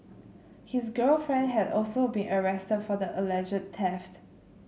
his girlfriend had also been arrested for the alleged theft